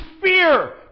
fear